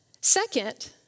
Second